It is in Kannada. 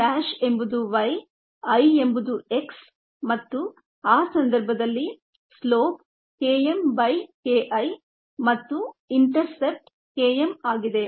Kmʹ ಎಂಬುದು y I ಎಂಬುದು x ಮತ್ತುಆ ಸಂದರ್ಭದಲ್ಲಿ ಸ್ಲೋಪ್ Km KI ಮತ್ತು ಇಂಟರ್ಸೆಪ್ಟ್ Km ಆಗಿದೆ